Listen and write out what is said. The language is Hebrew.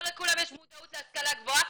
לא לכולם יש מודעות להשכלה גבוהה,